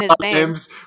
names